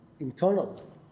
Internal